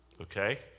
Okay